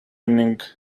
evening